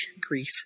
grief